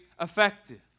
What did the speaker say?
effective